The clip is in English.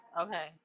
Okay